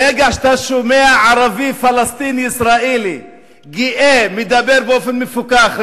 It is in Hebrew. ברגע שאתה שומע ערבי פלסטיני ישראלי גאה מדבר באופן מפוכח,